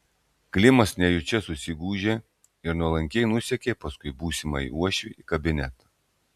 klimas nejučia susigūžė ir nuolankiai nusekė paskui būsimąjį uošvį į kabinetą